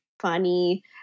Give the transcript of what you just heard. funny